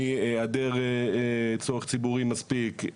מהעדר צורך ציבורי מספיק,